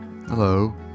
Hello